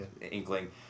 inkling